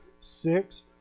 Six